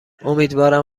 امیدوارم